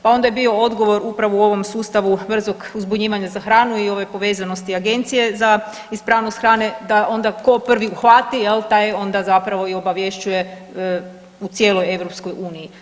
Pa onda je bio odgovor upravo u ovom sustavu brzog uzbunjivanja za hranu i ove povezanosti Agencije za ispravnost hrane, da onda tko prvi uhvati jel, taj onda zapravo i obavješćuje u cijeloj EU.